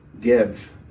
give